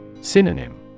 Synonym